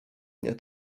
nie